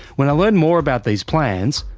when i learned more about these plans,